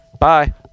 Bye